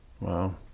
Wow